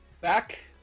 Back